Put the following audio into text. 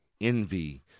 envy